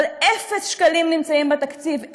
אבל אפס שקלים נמצאים בתקציב.